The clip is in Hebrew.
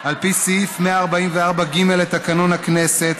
על פי סעיף 144(ג) לתקנון הכנסת,